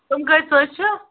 تِم کۭتِس حظ چھِ